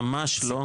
ממש לא.